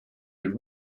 had